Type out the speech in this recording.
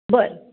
बरं